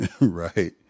Right